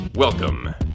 Welcome